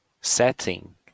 setting